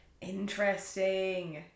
Interesting